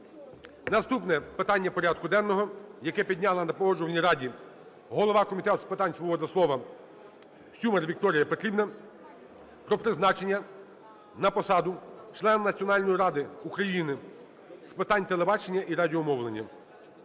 Наступне питання порядку денного, яке підняла на Погоджувальній раді голова Комітету з питань свободи слова Сюмар Вікторія Петрівна: про призначення на посаду члена Національної ради України з питань телебачення і радіомовлення.